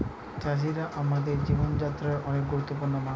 চাষিরা আমাদের জীবন যাত্রায় অনেক গুরুত্বপূর্ণ মানুষ